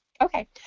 Okay